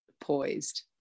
poised